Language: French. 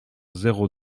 zéro